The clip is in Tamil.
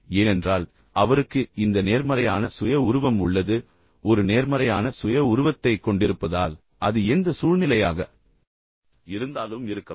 ஏனென்றால் அவருக்கு இந்த நேர்மறையான சுய உருவம் உள்ளது எனவே ஒரு நேர்மறையான சுய உருவத்தைக் கொண்டிருப்பதால் அது எந்த சூழ்நிலையாக இருந்தாலும் இருக்கலாம்